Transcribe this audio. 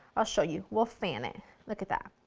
i'll show you, we'll fan it look at that.